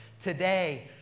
today